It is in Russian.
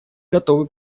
готовы